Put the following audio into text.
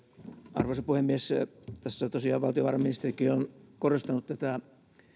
arvoisa puhemies tässä tosiaan valtiovarainministerikin on korostanut tätä